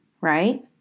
right